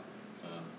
uh